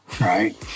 right